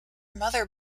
mother